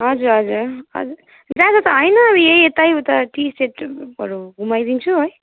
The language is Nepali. हजुर हजुर हजुर ज्यादा त होइन अब यहीँ यतै उता टी सेन्टरमा बरु घुमाइदिन्छु है